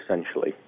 essentially